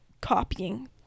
copying